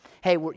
hey